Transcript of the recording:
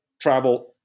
travel